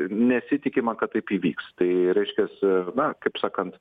nesitikima kad taip įvyks tai reiškias na kaip sakant